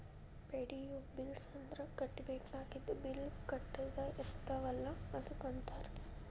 ಪೆ.ಡಿ.ಯು bills ಅಂದ್ರ ಕಟ್ಟಬೇಕಾಗಿದ್ದ bill ಕಟ್ಟದ ಇರ್ತಾವಲ ಅದಕ್ಕ ಅಂತಾರ